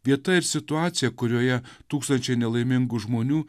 vieta ir situacija kurioje tūkstančiai nelaimingų žmonių